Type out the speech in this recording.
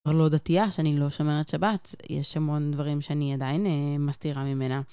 כבר לא דתייה שאני לא שומרת שבת, יש המון דברים שאני עדיין מסתירה ממנה.